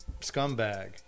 scumbag